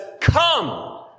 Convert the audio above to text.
come